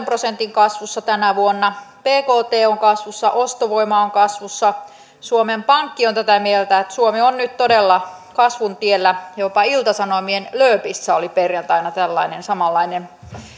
prosentin kasvussa tänä vuonna bkt on kasvussa ostovoima on kasvussa suomen pankki on tätä mieltä että suomi on nyt todella kasvun tiellä jopa ilta sanomien lööpissä oli perjantaina tällainen samanlainen